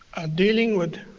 dealing with